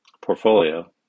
portfolio